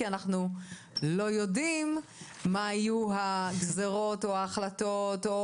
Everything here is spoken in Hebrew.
כי אנחנו לא יודעים מה יהיו הגזירות או ההחלטות או